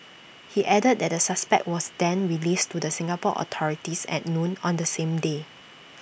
he added that the suspect was then released to the Singapore authorities at noon on the same day